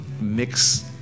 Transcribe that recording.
mix